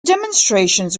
demonstrations